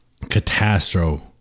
Catastro